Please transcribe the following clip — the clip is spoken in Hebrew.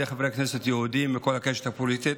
חברי כנסת יהודים מכל הקשת הפוליטית,